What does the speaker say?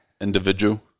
individual